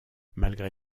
malgré